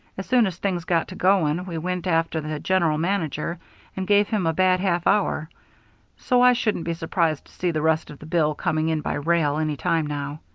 as soon as things got to going we went after the general manager and gave him a bad half hour so i shouldn't be surprised to see the rest of the bill coming in by rail any time now.